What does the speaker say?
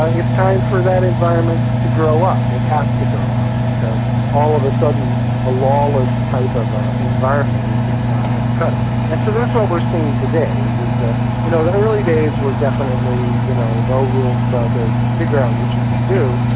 ah it's time for that environment to grow up, it has to grow up, because all of a sudden a lawless type of ah environment is just not going to cut it. and so that's what we're seeing today, is is that you know the early days were definitely you know no rules, go out there, figure out what you can do',